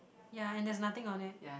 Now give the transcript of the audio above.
ya and there's nothing on it